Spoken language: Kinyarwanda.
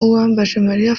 uwambajemariya